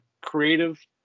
creative